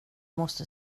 måste